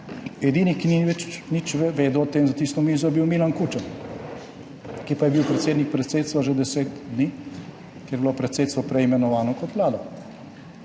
Edini, ki ni nič vedel o tem za tisto mizo, je bil Milan Kučan, ki pa je bil predsednik predsedstva že 10 dni, ker je bilo predsedstvo prej imenovano kot vlada.